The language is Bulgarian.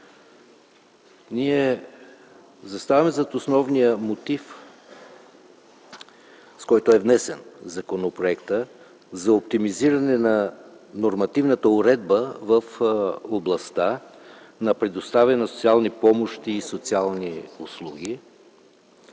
Ние заставаме зад основния мотив, с който е внесен законопроектът, за оптимизиране на нормативната уредба в областта на предоставяне на социални помощи и социални услуги,